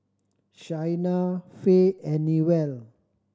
Shaina Fae and Newell